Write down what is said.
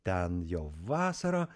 ten jau vasara